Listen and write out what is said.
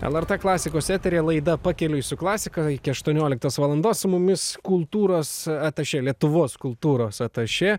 lrt klasikos eteryje laida pakeliui su klasika iki aštuonioliktos valandos su mumis kultūros atašė lietuvos kultūros atašė